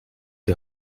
die